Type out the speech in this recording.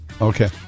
Okay